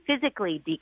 physically